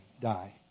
die